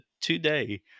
today